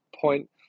point